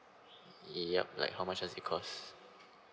yup like how much does it cost